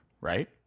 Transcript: right